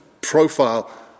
profile